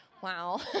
Wow